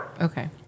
Okay